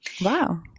Wow